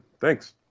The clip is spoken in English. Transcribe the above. Thanks